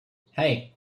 hey